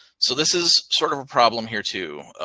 so this is sort of a problem here too.